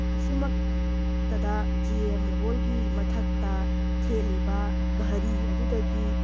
ꯑꯁꯤꯃꯛꯇꯗ G M ꯍꯣꯜꯒꯤ ꯃꯊꯛꯇ ꯊꯦꯠꯂꯤꯕ ꯘꯔꯤ ꯑꯗꯨꯗꯒꯤ